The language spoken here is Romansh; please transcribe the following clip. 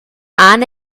han